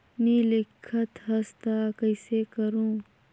नी लिखत हस ता कइसे करू?